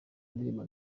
indirimbo